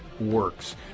works